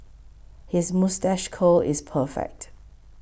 his moustache curl is perfect